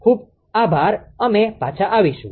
ખૂબ આભાર અમે પાછા આવીશું